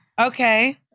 Okay